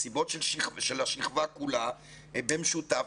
מסיבות של השכבה כולה במשותף,